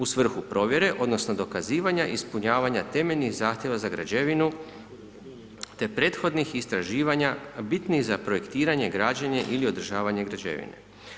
U svrhu provjere odnosno dokazivanja ispunjavanja temeljnih zahtjeva za građevinu, te prethodnih istraživanja bitnih za projektiranje, građenje ili održavanje građevine.